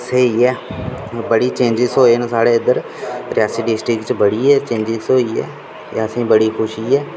स्हेई ऐ मतलव बड़े चेंजस होए न साढे इद्दर रियासी डिस्ट्रक्ट च इ'यै चेंजस होए न ते असेंगी बड़ी खुशी ऐ